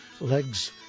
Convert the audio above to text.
legs